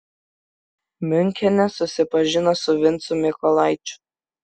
miunchene susipažino su vincu mykolaičiu